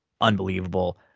unbelievable